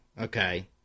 Okay